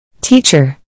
Teacher